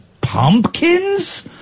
Pumpkins